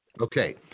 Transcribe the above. Okay